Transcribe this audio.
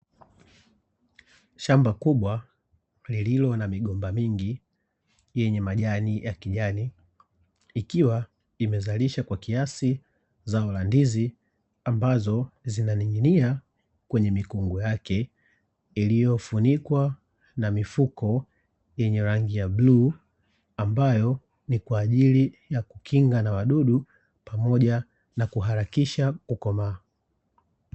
Shamba kubwa lililo na migomba mingi yenye majani ya kijani, ikiwa imezalisha kwa kiasi zao la ndizi ambazo zinaningia kwenye mikungu yake iliyodumu kwa na mifuko yenye rangi ya bluu ambayo ni kwa ajili ya kukinga na wadudu pamoja na kuhakikisha kukomaa.